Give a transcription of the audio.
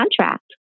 contract